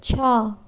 ଛଅ